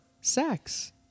sex